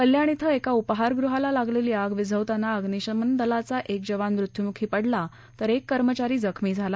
कल्याण श्वे एका उपाहारगृहाला लागलेली आग विझवताना अग्निशमन दलाचा एक जवान मृत्यूमुखी पडला तर एक कर्मचारी जखमी झाला